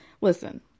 Listen